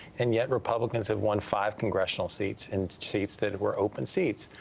and yet republicans have won five congressional seats in seats that were open seats.